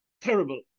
terrible